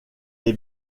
est